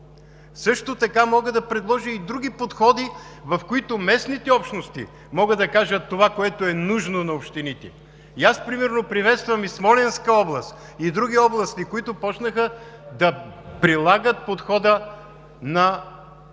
Също така мога да предложа и други подходи, в които местните общности могат да кажат това, което е нужно на общините. Например приветствам и Смолянска област, и други области, които започнаха да прилагат подхода на